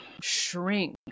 shrink